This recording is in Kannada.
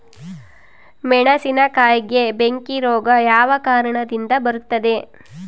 ಮೆಣಸಿನಕಾಯಿಗೆ ಬೆಂಕಿ ರೋಗ ಯಾವ ಕಾರಣದಿಂದ ಬರುತ್ತದೆ?